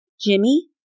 Jimmy